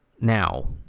now